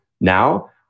now